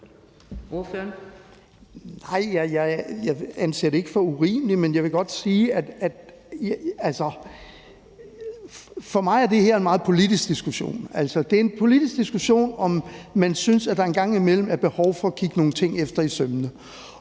for mig er en meget politisk diskussion. Altså, det er en politisk diskussion, om man synes, at der en gang imellem er behov for kigge nogle ting efter i sømmene.